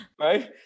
right